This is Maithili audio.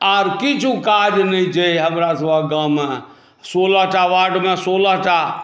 आर किछु काज नहि छै हमरासभक गाँवमे सोलहटा वार्डमे सोलहटा